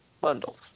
bundles